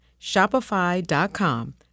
Shopify.com